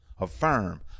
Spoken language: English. Affirm